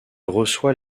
reçoit